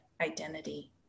identity